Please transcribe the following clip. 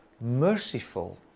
merciful